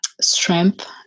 strength